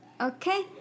Okay